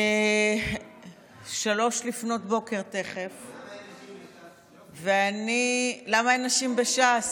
תכף 03:00. למה אין נשים בש"ס?